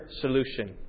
solution